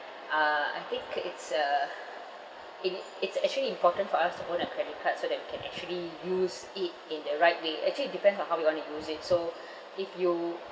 uh I think it's uh it it's actually important for us to own a credit card so that we can actually use it in the right way actually it depends on how you want to use it so if you